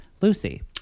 Lucy